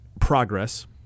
progress